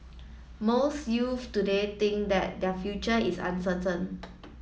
most youths today think that their future is uncertain